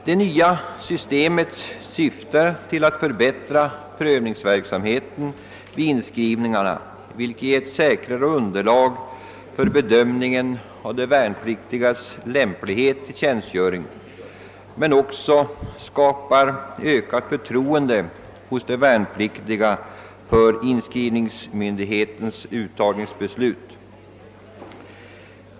Det nya systemet syftar till att förbättra prövningsverksamheten vid inskrivning, vilket ger ett säkrare underlag för bedömningen av de värnpliktigas lämplighet till tjänstgöring men också skapar ökat förtroende hos de värnpliktiga för inskrivningsmyndighetens uttagningsbeslut.